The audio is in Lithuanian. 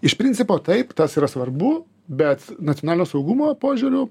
iš principo taip tas yra svarbu bet nacionalinio saugumo požiūriu